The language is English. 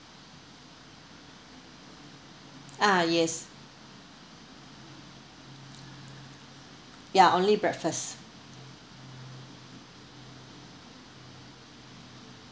ah yes ya only breakfast